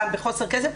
גם בחוסר כסף.